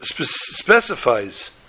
specifies